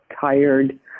tired